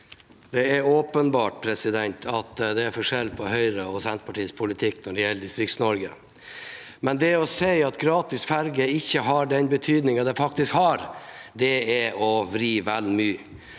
Det er åpenbart at det er forskjell på Høyres og Senterpartiets politikk når det gjelder Distrikts-Norge, men det å si at gratis ferje ikke har den betydningen det faktisk har, er å vri vel mye